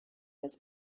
was